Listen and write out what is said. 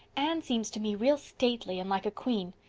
anne seems to me real stately and like a queen.